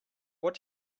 what